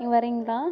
நீங்கள் வரீங்களா